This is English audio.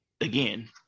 again